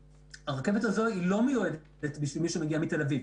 הרכבת הזו לא מיועדת למי שמגיע מתל אביב.